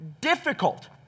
difficult